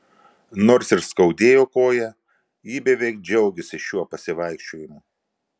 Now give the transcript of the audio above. nors ir skaudėjo koją ji beveik džiaugėsi šiuo pasivaikščiojimu